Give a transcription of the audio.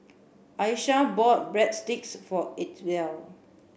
Aisha bought Breadsticks for Itzel